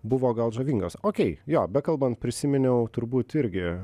buvo gal žavingos okei jo bekalbant prisiminiau turbūt irgi